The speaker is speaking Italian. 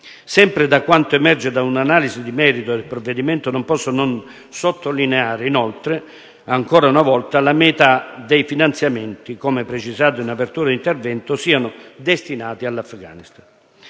Sempre da quanto emerge da un'analisi di merito del provvedimento non posso non sottolineare inoltre come, ancora una volta, la metà dei finanziamenti, come precisato in apertura di intervento, siano destinati all'Afghanistan.